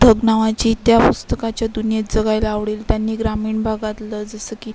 धग नावाची त्या पुस्तकाच्या दुनियेत जगायला आवडेल त्यांनी ग्रामीण भागातलं जसं की